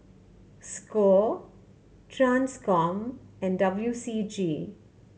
score Transcom and W C G